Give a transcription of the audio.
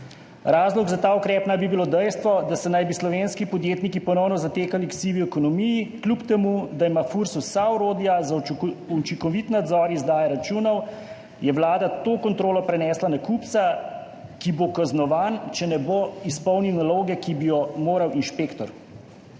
Razlog za ta ukrep naj bi bilo dejstvo, da naj bi se slovenski podjetniki ponovno zatekali k sivi ekonomiji. Kljub temu da ima Furs vsa orodja za učinkovit nadzor izdaje računov, je vlada to kontrolo prenesla na kupca, ki bo kaznovan, če ne bo izpolnil naloge, ki bi jo moral inšpektor.